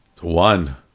one